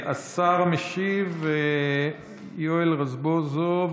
השר המשיב הוא יואל רזבוזוב,